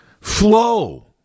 flow